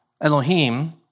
Elohim